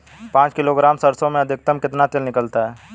पाँच किलोग्राम सरसों में अधिकतम कितना तेल निकलता है?